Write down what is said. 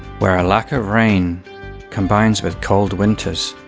where a lack of rain combines with cold winters.